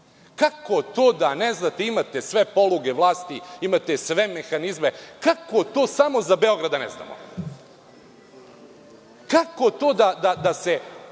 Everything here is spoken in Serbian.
Kako to da ne znate, imate sve poluge vlasti, imate sve mehanizme, kako to samo za Beograd da ne znamo? Kako to da se